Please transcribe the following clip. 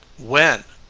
when?